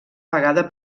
vegada